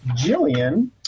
Jillian